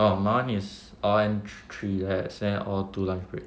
oh my [one] is all end three like that then all two lunch break